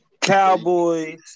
Cowboys